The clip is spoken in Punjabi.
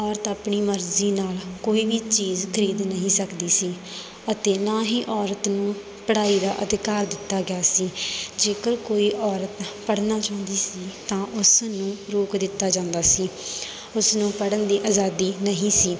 ਔਰਤ ਆਪਣੀ ਮਰਜ਼ੀ ਨਾਲ ਕੋਈ ਵੀ ਚੀਜ਼ ਖਰੀਦ ਨਹੀਂ ਸਕਦੀ ਸੀ ਅਤੇ ਨਾ ਹੀ ਔਰਤ ਨੂੰ ਪੜ੍ਹਾਈ ਦਾ ਅਧਿਕਾਰ ਦਿੱਤਾ ਗਿਆ ਸੀ ਜੇਕਰ ਕੋਈ ਔਰਤ ਪੜ੍ਹਨਾ ਚਾਹੁੰਦੀ ਸੀ ਤਾਂ ਉਸ ਨੂੰ ਰੋਕ ਦਿੱਤਾ ਜਾਂਦਾ ਸੀ ਉਸ ਨੂੰ ਪੜ੍ਹਨ ਦੀ ਆਜ਼ਾਦੀ ਨਹੀਂ ਸੀ